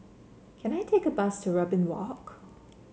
can I take a bus to Robin Walk